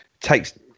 Takes